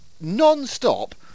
non-stop